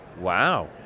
wow